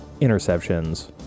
interceptions